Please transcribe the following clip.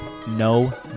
no